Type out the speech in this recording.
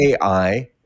AI